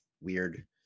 weird